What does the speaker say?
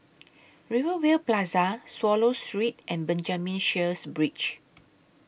Rivervale Plaza Swallow Street and Benjamin Sheares Bridge